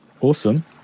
Awesome